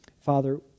Father